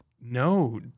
no